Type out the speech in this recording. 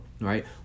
right